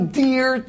dear